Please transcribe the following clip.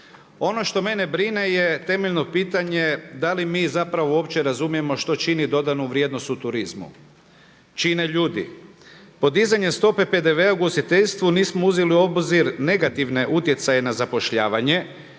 Ono što mene brine je temeljno pitanje da li mi zapravo uopće razumijemo što čini dodanu vrijednost u turizmu? Čine ljudi. Podizanjem stope PDV-a u ugostiteljstvu nismo uzeli u obzir negativne utjecaje na zapošljavanje